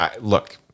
look